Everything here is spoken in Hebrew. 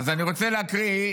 אז אני רוצה להקריא,